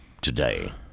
today